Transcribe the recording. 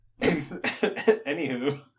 Anywho